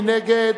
מי נגד?